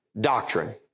Doctrine